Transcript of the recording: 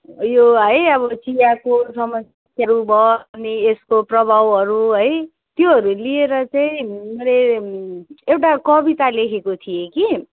यो है अब चियाको समस्याहरू भयो अनि यसको प्रभावहरू है त्योहरू लिएर चाहिँ मैले एउटा कविता लेखेको थिएँ कि